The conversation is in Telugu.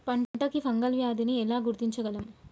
పంట కి ఫంగల్ వ్యాధి ని ఎలా గుర్తించగలం?